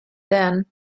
then